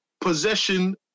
possession